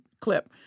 clip